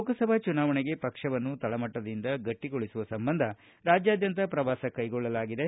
ಲೋಕಸಭಾ ಚುನಾವಣೆಗೆ ಪಕ್ಷವನ್ನು ತಳಮಟ್ಟದಿಂದ ಗಟ್ಟಿಗೊಳಿಸುವ ಸಂಬಂಧ ರಾಜ್ಯಾದ್ಯಂತ ಪ್ರವಾಸ ಕೈಗೊಳ್ಳಲಾಗಿದೆ